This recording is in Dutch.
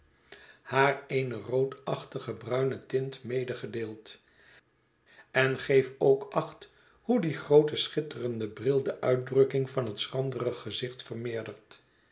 haar eene roodachtig bruine tint medegedeeld en geef ook acht hoe die groote schitterende bril de uitdrukking van het schrandere gezicht vermeerdert